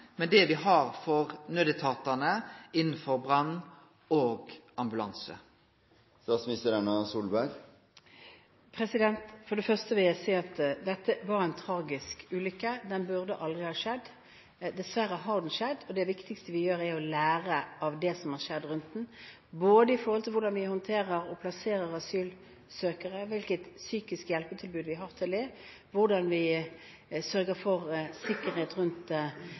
det me har for nødetatane innanfor brann og ambulanse. For det første vil jeg si at dette var en tragisk ulykke. Den burde aldri ha skjedd. Dessverre har den skjedd, og det viktigste vi gjør er å lære av det som har skjedd rundt den, både med hensyn til hvordan vi håndterer og plasserer asylsøkere, hvilket psykisk hjelpetilbud vi har til dem, hvordan vi sørger for sikkerhet rundt